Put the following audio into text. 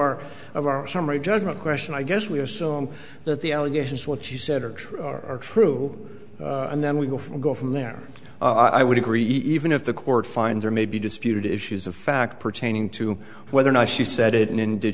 our of our summary judgment question i guess we assume that the allegations what she said are true are true and then we go from go from there i would agree even if the court finds or maybe disputed issues of fact pertaining to whether or not she said it and